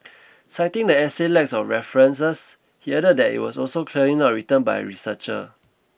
citing the essay's lack of references he added that it was also clearly not written by a researcher